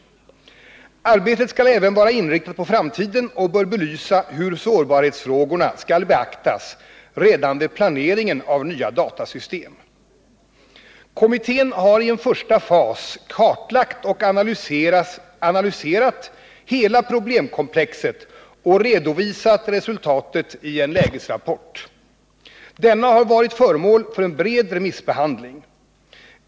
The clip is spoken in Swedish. Arbetet skall även vara inriktat på framtiden och bör belysa hur sårbarhetsfrågorna skall beaktas redan vid planeringen av nya datasystem. Kommittén har i en första fas kartlagt och analyserat hela problemkomplexet och redovisat resultaten i en lägesrapport. Denna har varit föremål för en bred remissbehandling.